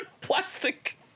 plastic